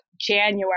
January